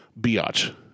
biatch